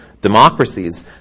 democracies